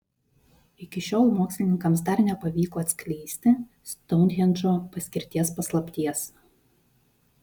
iki šiol mokslininkams dar nepavyko atskleisti stounhendžo paskirties paslapties